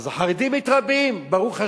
אז החרדים מתרבים, ברוך השם,